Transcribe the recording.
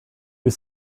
was